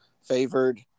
favored